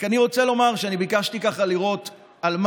ועושים בו שימוש פוליטי כדי לעשות ייצוג לא